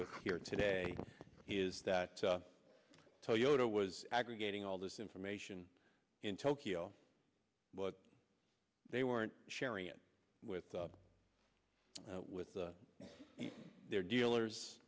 with here today is that toyota was aggregating all this information in tokyo but they weren't sharing it with with their dealers